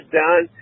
done